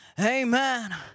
amen